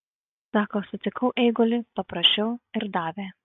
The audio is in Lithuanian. sako sutikau eigulį paprašiau ir davė